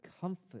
comfort